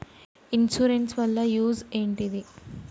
Insurance వాళ్ల use ఏంటిది?